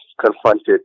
confronted